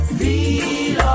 feel